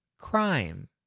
Crime